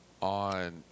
on